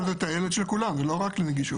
אבל זה טיילת של כולם, זה לא רק נגישות.